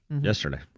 Yesterday